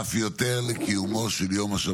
לכולם.